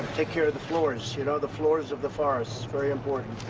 take care of the floors, you know the floors of the forest. it's very important.